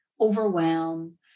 overwhelm